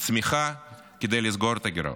צמיחה כדי לסגור את הגירעון.